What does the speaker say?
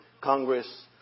Congress